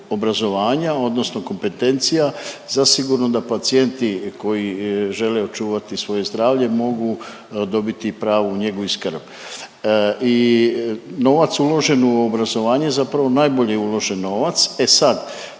obrazovanja odnosno kompetencija, zasigurno da pacijenti koji žele očuvati svoje zdravlje mogu dobit pravu njegu i skrb i novac uložen u obrazovanje zapravo je najbolje uložen novac. E sad,